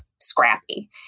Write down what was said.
scrappy